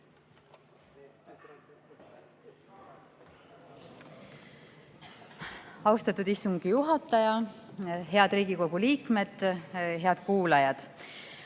Austatud istungi juhataja! Head Riigikogu liikmed! Head kuulajad!